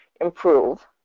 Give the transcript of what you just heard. improve